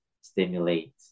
stimulate